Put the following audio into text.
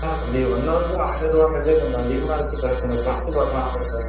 ஆ தம்பி ஒன்னவருக்கு ஆயிருவாங்கறதே கொஞ்சம் அதிகமாக இருக்குது சார் கொஞ்சம் கொறச்சி பார்க்கலால்ல சார்